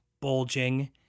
bulging